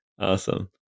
Awesome